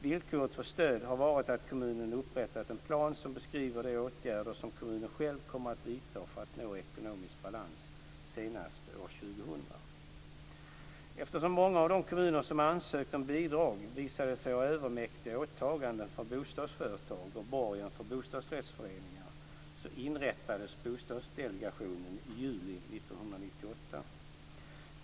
Villkoret för stöd har varit att kommunen upprättar en plan som beskriver de åtgärder som kommunen själv kommer att vidta för att nå ekonomisk balans senast år 2000. Eftersom många av de kommuner som ansökt om bidrag visade sig ha övermäktiga åtaganden för bostadsföretag och borgen för bostadsrättsföreningar inrättades Bostadsdelegationen i juli 1998.